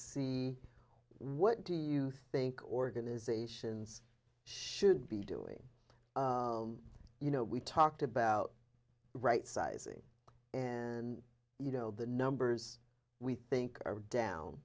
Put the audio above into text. see what do you think organisations should be doing you know we talked about rightsizing and you know the numbers we think are down